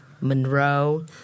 Monroe